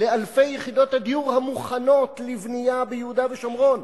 לאלפי יחידות הדיור המוכנות לבנייה ביהודה ושומרון.